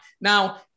Now